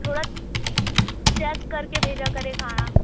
تھوڑا چیک کر کے بھیجا کرئیے کھانا